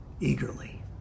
eagerly